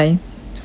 for